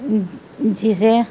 جسے